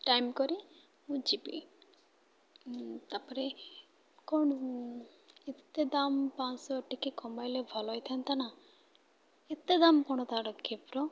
time କରି ମୁଁ ଯିବି ତାପରେ କ'ଣ ଏତେ ଦାମ ପାଞ୍ଚଶହ ଟିକେ କମାଇଲେ ଭଲ ହେଇଥାନ୍ତା ନା ଏତେ ଦାମ କ'ଣ ତାର କ୍ୟାପ୍ର